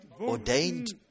ordained